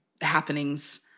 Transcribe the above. happenings